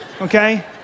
Okay